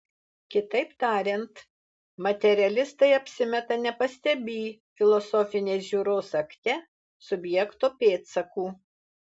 kitaip tariant materialistai apsimeta nepastebį filosofinės žiūros akte subjekto pėdsakų